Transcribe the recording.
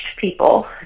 people